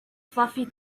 fluffy